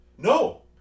No